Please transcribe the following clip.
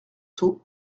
sceaux